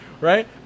right